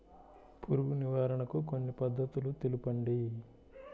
పురుగు నివారణకు కొన్ని పద్ధతులు తెలుపండి?